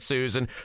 Susan